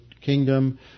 kingdom